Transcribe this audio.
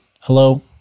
hello